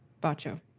Bacho